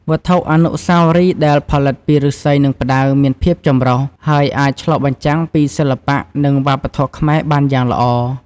វត្ថុអនុស្សាវរីយ៍ដែលផលិតពីឫស្សី និងផ្តៅមានភាពចម្រុះ ហើយអាចឆ្លុះបញ្ចាំងពីសិល្បៈ និងវប្បធម៌ខ្មែរបានយ៉ាងល្អ។